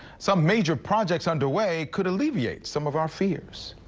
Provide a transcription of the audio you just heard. some major projects underway could alleviate some of our fears.